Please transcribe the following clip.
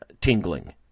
tingling